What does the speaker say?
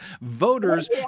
Voters